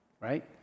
Right